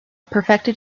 perfected